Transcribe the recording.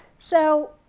so